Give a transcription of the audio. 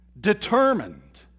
determined